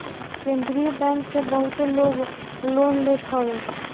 केंद्रीय बैंक से बहुते लोग लोन लेत हवे